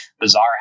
bizarre